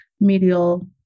medial